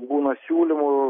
būna siūlymų